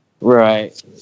Right